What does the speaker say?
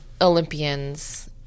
Olympians